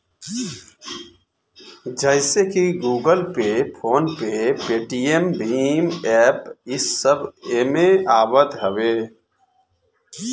जइसे की Google pay, PhonePe, Paytm भीम एप्प इस सब एमे आवत हवे